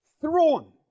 Thrown